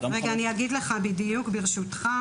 אני אגיד לך בדיוק, ברשותך